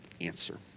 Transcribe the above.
answer